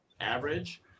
average